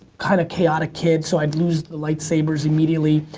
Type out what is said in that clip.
kind of, chaotic kid, so i'd lose the lightsabers immediately.